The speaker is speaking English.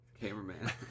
Cameraman